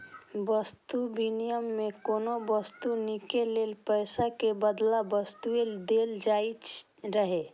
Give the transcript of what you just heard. वस्तु विनिमय मे कोनो वस्तु कीनै लेल पैसा के बदला वस्तुए देल जाइत रहै